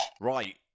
Right